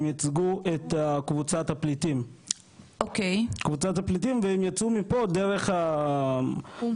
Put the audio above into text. הם ייצגו את קבוצת הפליטים והם יצאו מפה דרך האו"ם,